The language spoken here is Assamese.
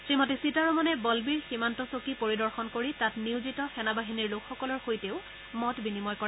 শ্ৰীমতী সীতাৰমণে বলবীৰ সীমান্ত চকী পৰিদৰ্শন কৰি তাত নিয়োজিত সেনাবাহিনীৰ লোকসকলৰ সৈতেও মত বিনিময় কৰে